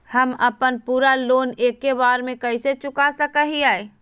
हम अपन पूरा लोन एके बार में कैसे चुका सकई हियई?